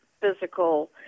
physical